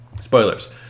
spoilers